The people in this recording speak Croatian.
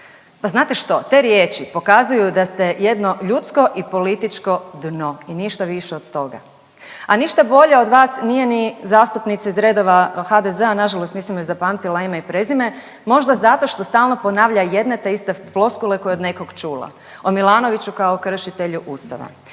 Pa znate što te riječi pokazuju da ste jedno ljudsko i političko dno i ništa više od toga. A ništa bolje od vas nije ni zastupnica iz redova HDZ-a, nažalost nisam joj zapamtila ime i prezime, možda zato što stalno ponavlja jedne te iste floskule koje je od nekog čula, o Milanoviću kao kršitelju Ustava.